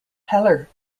heller